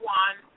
one